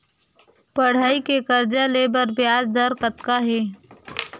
पढ़ई के कर्जा ले बर ब्याज दर कतका हे?